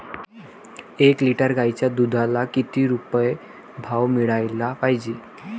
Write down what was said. एक लिटर गाईच्या दुधाला किती रुपये भाव मिळायले पाहिजे?